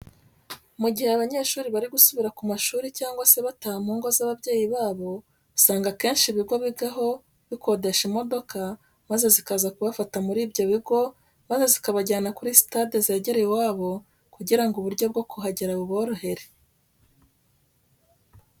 Mu gihe abanyeshuri bari gusubira ku mashuri cyangwa se bataha mu ngo z'ababyeyi babo, usanga akenshi ibigo bigaho bikodesha imodoka maze zikaza kubafata muri ibyo bigo, maze zikabajyana kuri sitade zegereye iwabo kugira ngo uburyo bwo kuhagera buborohere.